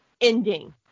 ending